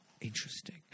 Interesting